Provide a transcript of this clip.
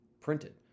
printed